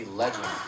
legend